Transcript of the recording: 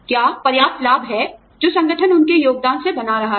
क्या पर्याप्त लाभ है जो संगठन उनके योगदान से बना रहा है